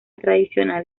tradicional